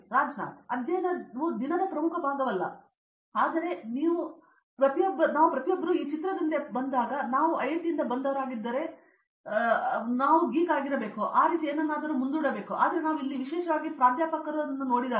ರಾಜ್ನಾಥ್ ಅಧ್ಯಯನವು ದಿನದ ಪ್ರಮುಖ ಭಾಗವಲ್ಲ ಆದರೆ ಇಲ್ಲಿ ನಾವು ಪ್ರತಿಯೊಬ್ಬರೂ ಈ ಚಿತ್ರದಂತೆ ಬಂದಾಗ ನೀವು ಐಐಟಿಯಿಂದ ಬಂದವರಾಗಿದ್ದರೆ ನೀವು ಗೀಕ್ ಆಗಿರಬೇಕು ಆ ರೀತಿ ಏನನ್ನಾದರೂ ಮುಂದೂಡಬೇಕು ಆದರೆ ನಾವು ಇಲ್ಲಿ ವಿಶೇಷವಾಗಿ ಪ್ರಾಧ್ಯಾಪಕರು ಬಂದಾಗ